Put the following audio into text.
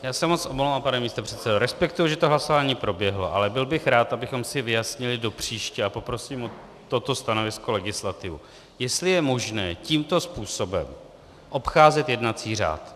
Já se moc omlouvám, pane místopředsedo, respektuji, že to hlasování proběhlo, ale byl bych rád, abychom si vyjasnili do příště a poprosím o toto stanovisko legislativu jestli je možné tímto způsobem obcházet jednací řád.